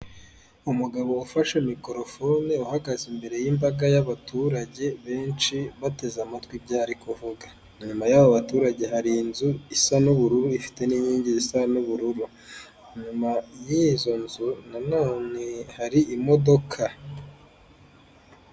Umugabo ufashe mikorofone, uhagaze imbere y'imbaga y'abaturage benshi, bateze amatwi ibyo ari kuvuga. Inyuma y'abo baturage hari inzu isa n'ubururu, ifite n'inkingi zisa n'ubururu. Inyuma y'izo nzu na none hari imodoka.